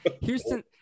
Houston